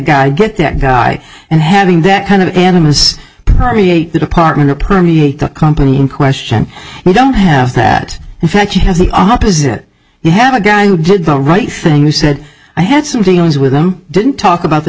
guy get that guy and having that kind of enemas permeate the department or permeate the company in question you don't have that in fact he has the opposite you have a guy who did the right thing you said i had some things with them didn't talk about the